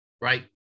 right